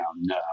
no